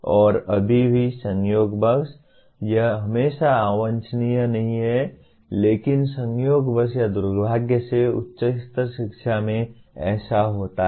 और अभी भी संयोगवश यह हमेशा अवांछनीय नहीं है लेकिन संयोगवश या दुर्भाग्य से उच्चतर शिक्षा में ऐसा होता है